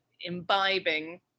imbibing